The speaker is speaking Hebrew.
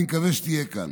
אני מקווה שתהיה כאן.